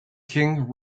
king